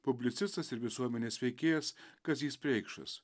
publicistas ir visuomenės veikėjas kazys preikšas